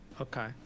Okay